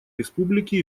республики